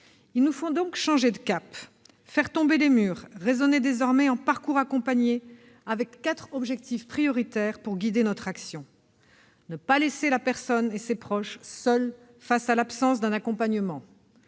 Il nous faut donc changer de cap, faire tomber les murs, raisonner désormais en parcours accompagnés, quatre objectifs prioritaires devant guider notre action : ne pas laisser la personne et ses proches seuls face à l'absence d'un accompagnement